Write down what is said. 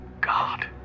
God